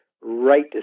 right